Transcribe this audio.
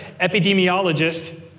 epidemiologist